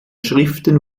schriften